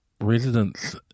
residents